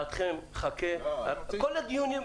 כל הדיונים,